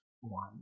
one